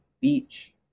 beach